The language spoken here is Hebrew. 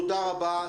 תודה רבה,